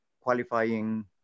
qualifying